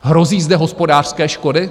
Hrozí zde hospodářské škody?